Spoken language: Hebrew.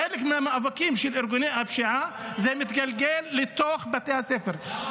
חלק מהמאבקים של ארגוני הפשיעה מתגלגלים לתוך בתי הספר.